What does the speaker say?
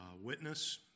witness